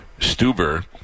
Stuber